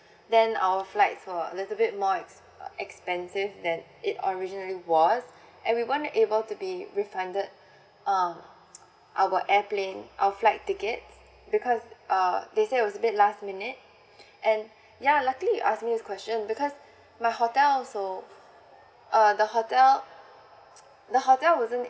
then our flights were a little bit more ex~ expensive than it originally was and we weren't able to be refunded um our airplane our flight tickets because uh they said it was a bit last minute and ya luckily you asked me this question because my hotel also err the hotel the hotel wasn't